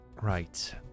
Right